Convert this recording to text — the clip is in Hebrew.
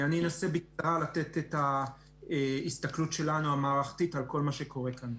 אני אנסה לתת את ההסתכלות המערכתית שלנו על כל מה שקורה כאן.